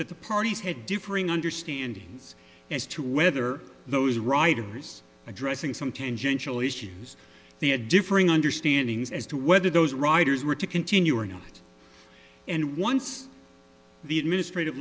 that the parties had differing understanding as to whether those riders addressing some tangential issues they had differing understanding as to whether those riders were to continue or not and once the administrative